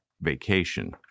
vacation